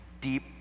deep